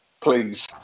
Please